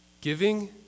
Giving